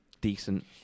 decent